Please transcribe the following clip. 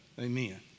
Amen